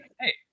hey